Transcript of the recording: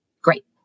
great